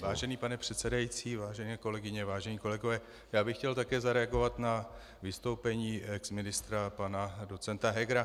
Vážený pane předsedající, vážené kolegyně, vážení kolegové, já bych chtěl také zareagovat na vystoupení exministra pana doc. Hegera.